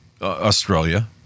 Australia